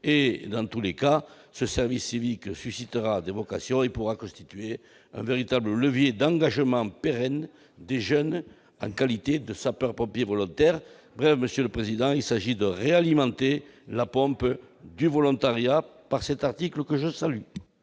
et dans tous les cas, ce service civique suscitera des vocations et pourra constituer un véritable levier d'engagement pérenne de jeunes en qualité de sapeurs-pompiers volontaires. Il s'agit de réamorcer la pompe du volontariat. La parole est à M.